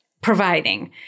providing